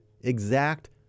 exact